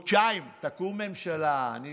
תקום ממשלה, אני